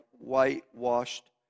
whitewashed